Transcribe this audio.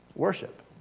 Worship